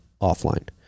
offline